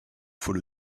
faut